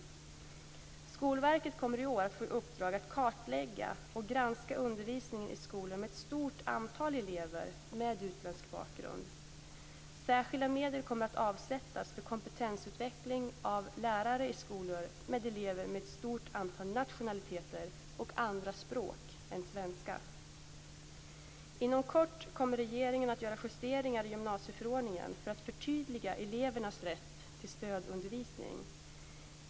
Skolverket kommer i år att få i uppdrag att kartlägga och granska undervisningen i skolor med ett stort antal elever med utländsk bakgrund. Särskilda medel kommer att avsättas för kompetensutveckling av lärare i skolor med elever med ett stort antal nationaliteter och andra språk än svenska. Inom kort kommer regeringen att göra justeringar i gymnasieförordningen för att förtydliga elevernas rätt till stödundervisning.